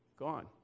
gone